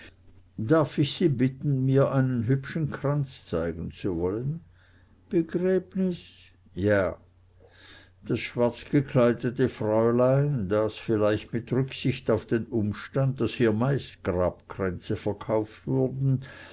darf ich sie bitten mir einen hübschen kranz zeigen zu wollen begräbnis ja das schwarzgekleidete fräulein das vielleicht mit rücksicht auf den umstand daß hier meist grabkränze verkauft wurden